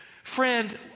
Friend